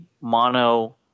mono